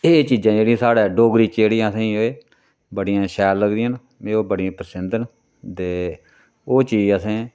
एह् चीजां जेह्ड़ियां साढ़ै ड़ोगरी च जेह्ड़ियां असेंगी एह् बड़ियां शैल लगदियां न मिगी ओह् बड़ियां पसंद न ते ओह चीज असें